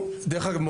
דרך אגב,